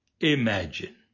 imagine